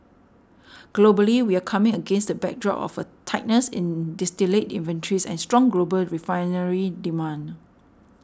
globally we're coming against the backdrop of a tightness in distillate inventories and strong global refinery demand